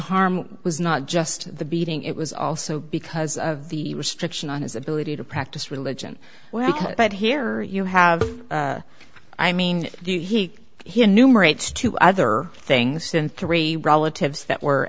harm was not just the beating it was also because of the restriction on his ability to practice religion but here you have i mean he he numerate to other things in three relatives that were